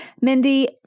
Mindy